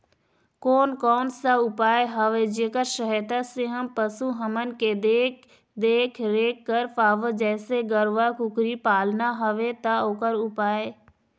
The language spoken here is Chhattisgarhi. कोन कौन सा उपाय हवे जेकर सहायता से हम पशु हमन के देख देख रेख कर पाबो जैसे गरवा कुकरी पालना हवे ता ओकर उपाय?